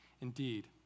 Indeed